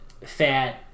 fat